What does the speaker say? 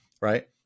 right